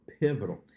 pivotal